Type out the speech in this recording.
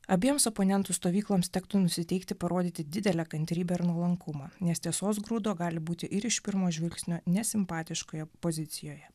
abiems oponentų stovykloms tektų nusiteikti parodyti didelę kantrybęir nuolankumą nes tiesos grūdo gali būti ir iš pirmo žvilgsnio nesimpatiškoje pozicijoje